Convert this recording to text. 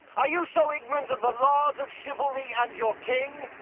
are you so ignorant of the laws of chivalry and your king?